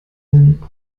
hin